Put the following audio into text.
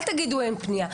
אל תגידו: אין פנייה.